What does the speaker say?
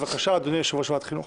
בבקשה, אדוני יושב-ראש ועדת חינוך.